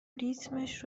ریتمش